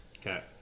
Okay